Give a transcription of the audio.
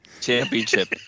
Championship